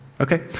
Okay